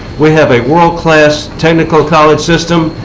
we have a world-class technical college system.